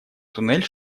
туннель